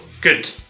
good